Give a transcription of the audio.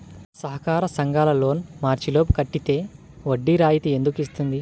సహకార సంఘాల loan March లోపు కట్టితే వడ్డీ రాయితీ ఎందుకు ఇస్తుంది?